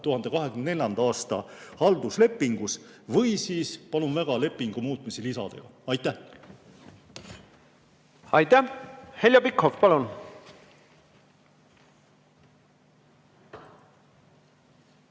2022–2024 halduslepingus või siis, palun väga, lepingu muutmise lisades. Aitäh! Aitäh! Heljo Pikhof, palun!